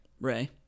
Ray